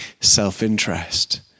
self-interest